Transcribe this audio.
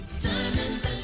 Diamonds